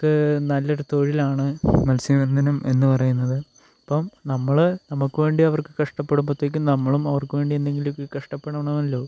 അവർക്ക് നല്ലൊരു തൊഴിലാണ് മത്സ്യബന്ധനം എന്ന് പറയുന്നത് അപ്പോൾ നമ്മൾ നമുക്കു വേണ്ടി അവർക്ക് കഷ്ടപ്പെടുമ്പോഴേക്കും നമ്മളും അവർക്കു വേണ്ടി എന്തെങ്കിലുമൊക്കെ കഷ്ടപ്പെടണമല്ലോ